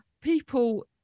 people